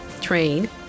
train